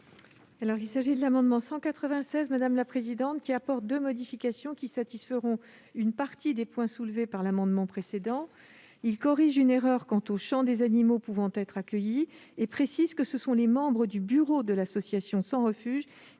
la rapporteure. Cet amendement vise à apporter deux modifications qui satisferont une partie des points soulevés par l'amendement précédent. Il tend à corriger une erreur quant au champ des animaux pouvant être accueillis et à préciser que ce sont les membres du bureau de l'association sans refuge